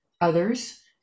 others